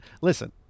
Listen